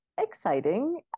exciting